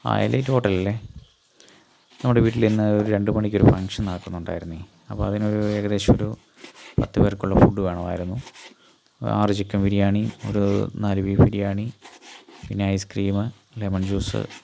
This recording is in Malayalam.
ആ എലൈറ്റ് ഹോട്ടൽ അല്ലേ നമ്മുടെ വീട്ടിൽ ഇന്ന് രണ്ടു മണിക്ക് ഒരു ഫംഗ്ഷൻ നടക്കുന്നുണ്ടായിരുന്നു അപ്പം അതിന് ഒരു ഏകദേശം ഒരു പത്ത് പേർക്കുള്ള ഫുഡ് വേണമായിരുന്നു ആറ് ചിക്കൻ ബിരിയാണി ഒരു നാല് ബീഫ് ബിരിയാണി പിന്നെ ഐസ്ക്രീം ലെമൺ ജ്യൂസ്